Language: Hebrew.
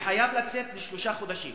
אני חייב לצאת לשלושה חודשים.